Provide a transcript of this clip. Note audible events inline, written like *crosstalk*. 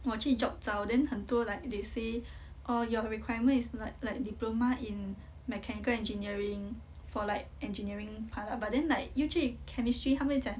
我去 job 找 then 很多 like they say *breath* orh your requirement is like like diploma in mechanical engineering for like engineering part lah but then like 又去 chemistry 他们又讲